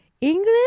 English